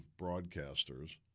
broadcasters